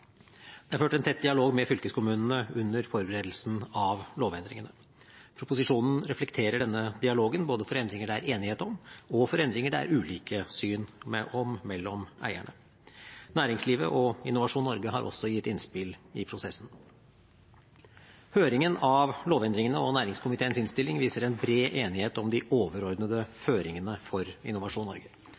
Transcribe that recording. Det er ført en tett dialog med fylkeskommunene under forberedelsen av lovendringene. Proposisjonen reflekterer denne dialogen både for endringer det er enighet om, og for endringer der det er ulike syn mellom eierne. Næringslivet og Innovasjon Norge har også gitt innspill i prosessen. Høringen av lovendringene og næringskomiteens innstilling viser en bred enighet om de overordnede føringene for Innovasjon Norge